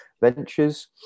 ventures